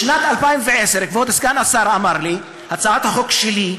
בשנת 2010 כבוד סגן השר אמר לי שהצעת החוק שלי,